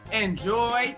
enjoy